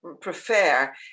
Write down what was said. prefer